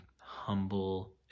humble